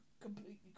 completely